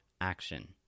action